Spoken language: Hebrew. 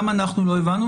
גם אנחנו לא הבנו,